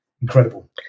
incredible